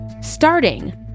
Starting